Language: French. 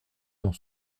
dans